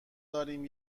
داریم